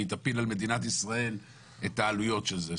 והיא תפיל על מדינת ישראל את העלויות של זה.